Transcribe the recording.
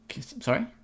Sorry